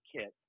kit